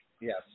yes